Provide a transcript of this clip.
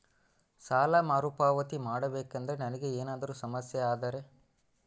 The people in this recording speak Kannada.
ಸಾಲ ಮರುಪಾವತಿ ಮಾಡಬೇಕಂದ್ರ ನನಗೆ ಏನಾದರೂ ಸಮಸ್ಯೆ ಆದರೆ?